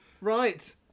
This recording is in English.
Right